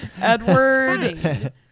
Edward